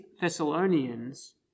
Thessalonians